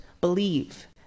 believe